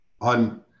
On